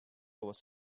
was